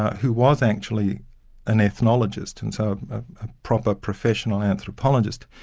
who was actually an ethnologist, and so a proper professional anthropologist,